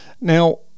now